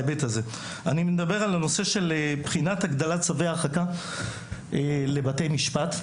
אני מדבר על הנושא של בחינת הגדלת צווי הרחקה לבתי משפט.